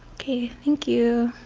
okay, thank you.